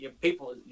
people